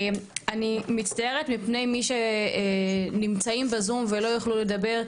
אני מצטערת מפני מי שנמצאים בזום ולא יכלו לדבר,